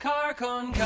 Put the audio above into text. Carcon